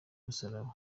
musaraba